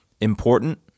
important